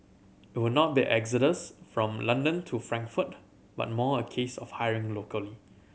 it will not be an exodus from London to Frankfurt but more a case of hiring locally